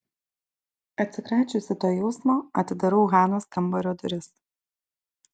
atsikračiusi to jausmo atidarau hanos kambario duris